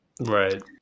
Right